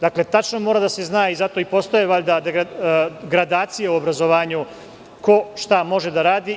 Dakle, tačno mora da se zna i zato valjda postoje gradacije u obrazovanju ko šta može da radi.